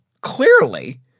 clearly